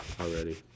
already